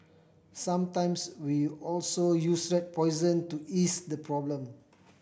sometimes we also use rat poison to ease the problem